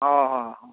ᱦᱮᱸ ᱦᱮᱸ ᱦᱮᱸ